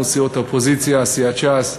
אנחנו, סיעות האופוזיציה, סיעת ש"ס,